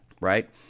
right